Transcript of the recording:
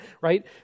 right